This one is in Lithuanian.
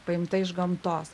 paimta iš gamtos